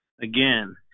again